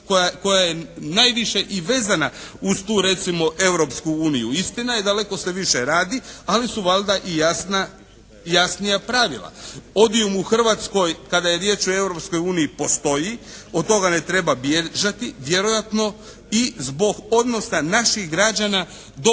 koja je najviše i vezana uz tu recimo Europsku uniju. Istina je, daleko se više radi ali su valjda i jasnija pravila. … /Govornik se ne razumije./ … u Hrvatskoj kada je riječ o Europskoj uniji postoji. Od toga ne treba bježati. Vjerojatno i zbog odnosa naših građana do